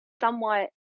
somewhat